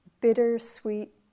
bittersweet